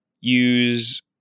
use